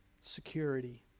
security